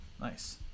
nice